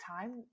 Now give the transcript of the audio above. time